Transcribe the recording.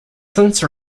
since